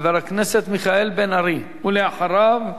חבר הכנסת מיכאל בן-ארי, ואחריו,